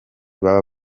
baba